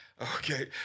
okay